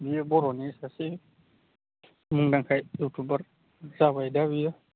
बियो बर'नि सासे मुंदांखा इउटुबार जाबाय दा बियो